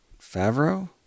Favreau